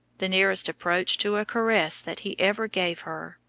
the nearest approach to a caress that he ever gave her,